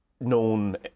known